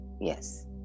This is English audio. Yes